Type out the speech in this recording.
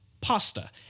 pasta